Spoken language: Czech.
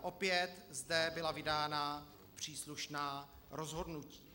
Opět zde byla vydána příslušná rozhodnutí.